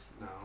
No